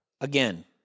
again